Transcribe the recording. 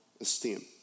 esteem